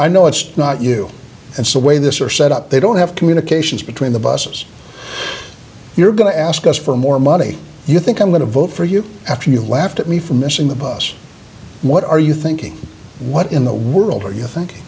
i know it's not you and so way this are set up they don't have communications between the buses you're going to ask us for more money you think i'm going to vote for you after you laughed at me for missing the bus what are you thinking what in the world are you think